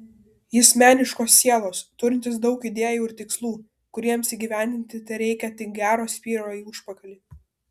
jis meniškos sielos turintis daug idėjų ir tikslų kuriems įgyvendinti tereikia tik gero spyrio į užpakalį